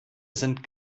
sind